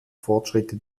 fortschritte